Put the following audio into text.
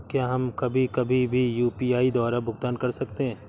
क्या हम कभी कभी भी यू.पी.आई द्वारा भुगतान कर सकते हैं?